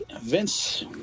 Vince